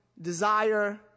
desire